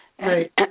Right